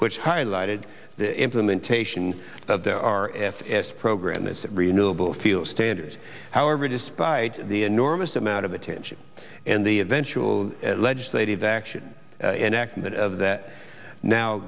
which highlighted the implementation of the r f s program as renewable fuel standards however despite the enormous amount of attention and the eventual legislative action enactment of that now